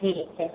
ठीक है